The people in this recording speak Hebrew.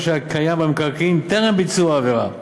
שהיה קיים במקרקעין טרם ביצוע העבירה.